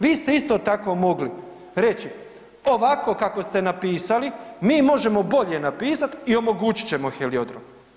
Vi ste isto tako mogli reći ovako kako ste napisali mi možemo bolje napisat i omogućit ćemo heliodrom.